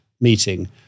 meeting